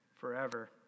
forever